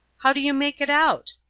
how do you make it out?